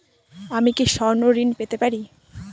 আমি কি স্বর্ণ ঋণ পেতে পারি?